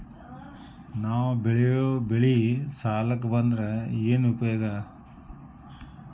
ನಾವ್ ಬೆಳೆಯೊ ಬೆಳಿ ಸಾಲಕ ಬಂದ್ರ ಏನ್ ಉಪಯೋಗ?